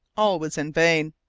all was in vain.